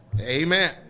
Amen